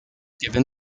given